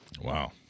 Wow